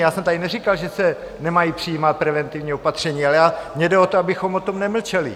Já jsem tady neříkal, že se nemají přijímat preventivní opatření, ale mně jde o to, abychom o tom nemlčeli.